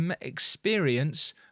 experience